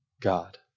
God